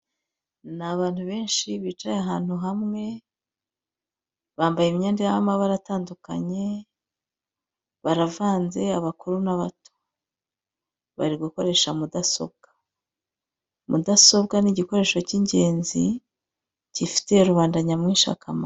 Ni abantu benshi bicaye ahantu hamwe, bambaye imyenda y'amabara atandukanye, baravanze abakuru n'abato, bari gukoresha mudasobwa. Mudasobwa ni igikoresho cy'ingenzi gifitiye rubanda nyamwinshi akamaro.